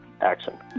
Action